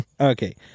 Okay